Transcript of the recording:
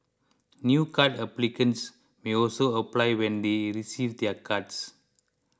new card applicants may also apply when they receive their cards